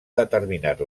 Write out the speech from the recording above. determinat